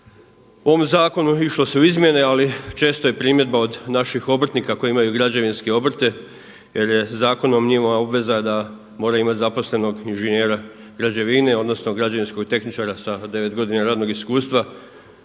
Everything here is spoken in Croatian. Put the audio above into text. u ovom zakonu se išlo se u izmjene, ali često je primjedba od naših obrtnika koji imaju građevinske obrte jer je zakonom njima obveza da moraju imati zaposlenog inženjera građevine, odnosno građevinskog tehničara sa 9 godina radnog iskustva.